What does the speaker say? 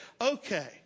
okay